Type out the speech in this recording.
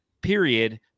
period